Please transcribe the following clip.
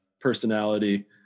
personality